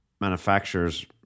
manufacturers